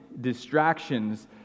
distractions